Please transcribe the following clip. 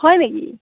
হয় নেকি